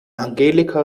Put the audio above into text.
angelika